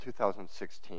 2016